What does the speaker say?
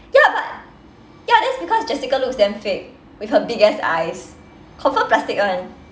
ya but ya that's because jessica looks damn fake with her big ass eyes confirm plastic [one]